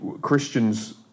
Christians